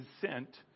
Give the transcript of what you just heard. sent